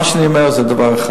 מה שאני אומר זה דבר אחד.